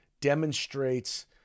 demonstrates